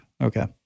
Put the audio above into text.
Okay